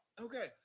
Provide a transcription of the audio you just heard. Okay